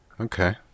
Okay